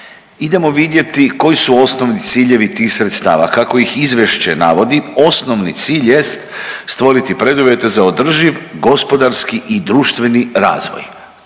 idemo vidjeti koji su osnovni ciljevi tih sredstva. Kako ih izvješće navodi osnovni cilj jest stvoriti preduvjete za održiv gospodarski i društveni razvoj.